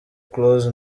close